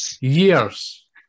years